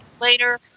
later